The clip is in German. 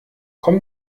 komm